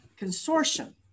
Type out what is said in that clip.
Consortium